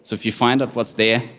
so if you find out what's there,